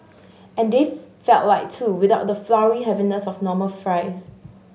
and they felt light too without the floury heaviness of normal fries